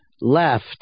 left